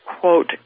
quote